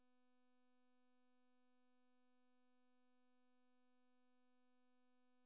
tea ವ್ಯವಸಾಯಕ್ಕೆ ಉಷ್ಣ ಅಥವಾ ಉಪ ಉಷ್ಣವಲಯ ಹವಾಮಾನ ಸೂಕ್ತವಾಗಿದೆ